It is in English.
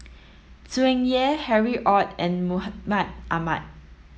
Tsung Yeh Harry Ord and Mahmud Ahmad